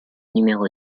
numéro